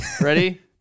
Ready